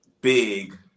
big